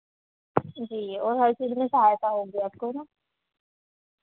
जी और हर चीज़ में सहायता होगी आपको है ना